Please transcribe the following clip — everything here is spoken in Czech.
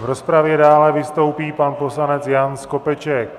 V rozpravě dále vystoupí pan poslanec Jan Skopeček.